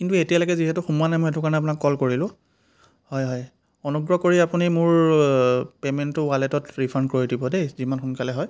কিন্তু এতিয়ালৈকে যিহেতু সোমোৱা নাই মই সেইটো কাৰণে আপোনাক কল কৰিলোঁ হয় হয় অনুগ্ৰহ কৰি আপুনি মোৰ পেমেন্টটো ৱালেটত ৰিফাণ্ড কৰি দিব দেই যিমান সোনকালে হয়